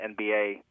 NBA